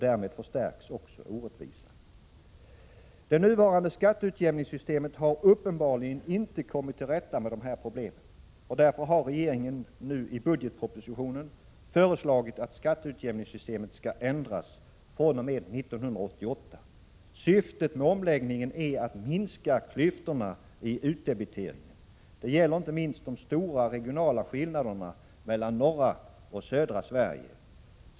Därmed förstärks också orättvisan. Det nuvarande skatteutjämningssystemet har uppenbarligen inte kommit till rätta med dessa problem. Därför har regeringen nu i budgetpropositionen föreslagit att skatteutjämningssystemet skall ändras fr.o.m. 1988. Syftet med omläggningen är att minska klyftorna i utdebiteringen. Det gäller inte minst de stora regionala skillnaderna mellan norra och södra Sverige.